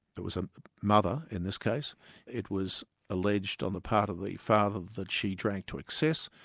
there was a mother, in this case it was alleged on the part of the father that she drank to excess,